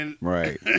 Right